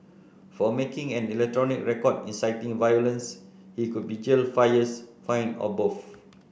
for making an electronic record inciting violence he could be jailed five years fined or both